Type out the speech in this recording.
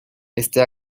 este